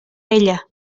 ella